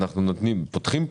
אנחנו פותחים.